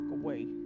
away